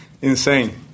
Insane